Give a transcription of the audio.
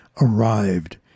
arrived